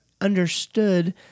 understood